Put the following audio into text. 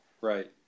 Right